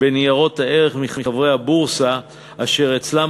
בניירות הערך מחברי הבורסה אשר אצלם